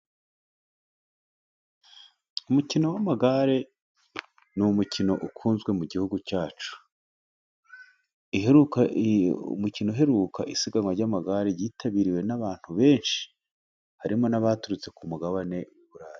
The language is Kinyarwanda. Umukino w'amagare ni umukino ukunzwe mu gihugu cyacu. Umukino uheruka, isiganwa ry'amagare ryitabiriwe n'abantu benshi, harimo n'abaturutse ku umugabane w'i burayi